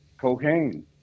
cocaine